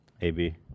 AB